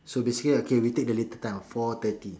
so okay we take the later time four thirty